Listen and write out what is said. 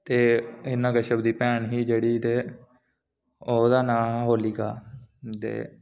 जेह्ड़ा ओह्दा मुड़ा हा प्रह्लाद जेह्ड़ा विष्णु भगवान गी बड़ा मनदा हा ते हिरणाकश्यप दी भैन ही जेह्ड़ी ते ओह्दा नां हा होलिका